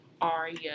Arya